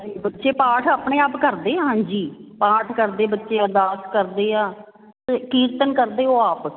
ਬੱਚੇ ਪਾਠ ਆਪਣੇ ਆਪ ਕਰਦੇ ਆ ਹਾਂਜੀ ਪਾਠ ਕਰਦੇ ਬੱਚੇ ਅਰਦਾਸ ਕਰਦੇ ਆ ਕੀਰਤਨ ਕਰਦੇ ਉਹ ਆਪ